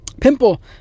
pimple